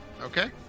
Okay